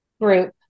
group